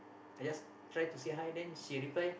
I just try to say hi then she reply